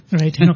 right